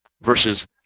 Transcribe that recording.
versus